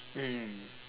mmhmm